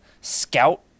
Scout